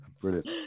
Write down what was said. Brilliant